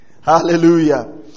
Hallelujah